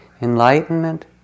Enlightenment